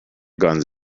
guns